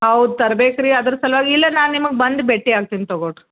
ನಾವು ತರ್ಬೆಕು ರೀ ಅದ್ರ ಸಲುವಾಗಿ ಇಲ್ಲ ನಾನು ನಿಮಗೆ ಬಂದು ಭೇಟಿ ಆಗ್ತೀನಿ ರೀ ತಗೊಳ್ರೀ